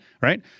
right